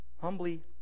humbly